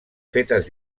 fetes